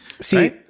See